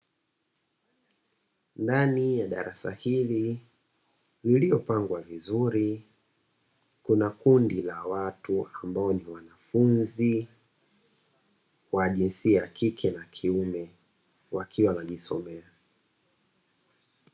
Ndani ya darasa hili lililopangwa vizuri, kuna kundi la watu ambao ni wanafunzi wa jinsia ya kike na kiume wakiwa wanajisomea.